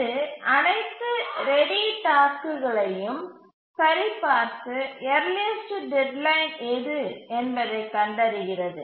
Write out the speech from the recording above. இது அனைத்து ரெடி டாஸ்க்குகளையும் சரிபார்த்து யர்லியஸ்டு டெட்லைன் எது என்பதைக் கண்டறிகிறது